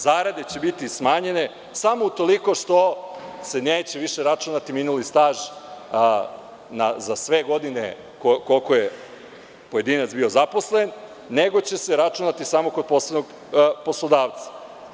Zarade će biti smanjene samo utoliko što se neće više računati minuli staž za sve godine koliko je pojedinac bio zaposlen, nego će se računati samo kod poslednjeg poslodavca.